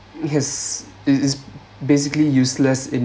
yes it is basically useless in